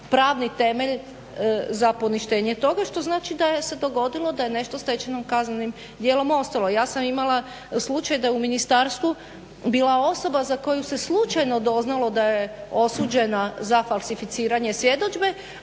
pravni temelj za poništenje toga što znači da se dogodilo da je nešto stečenim kaznenim djelom ostalo. Ja sam imala slučaj da je u ministarstvu bila osoba za koju se slučajno doznalo da je osuđena za falsificiranje svjedodžbe,